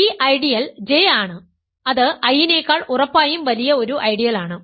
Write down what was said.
ഈ ideal J ആണ് അത് I നേക്കാൾ ഉറപ്പായും വലിയ ഒരു ഐഡിയലാണ്